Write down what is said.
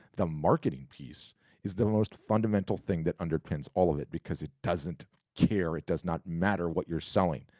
the marketing piece is the most fundamental thing that underpins all of it because it doesn't care. it does not matter what you're selling.